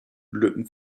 lücken